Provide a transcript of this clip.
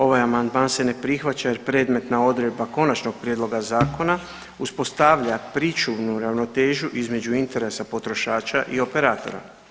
Ovaj amandman se ne prihvaća, jer predmetna odredba konačnog prijedloga zakona uspostavlja pričuvnu ravnotežu između interesa potrošača i operatora.